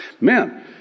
man